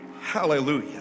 Hallelujah